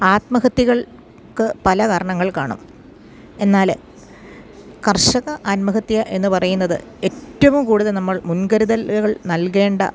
ആത്മഹത്യകൾക്ക് പല കാരണങ്ങൾ കാണും എന്നാല് കർഷക ആത്മഹത്യയെന്ന് പറയുന്നത് ഏറ്റവും കൂടുതൽ നമ്മൾ മുൻകരുതലുകൾ നൽകേണ്ട